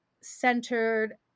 centered